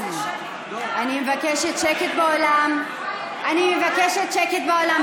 אני מבקשת שקט באולם, בבקשה.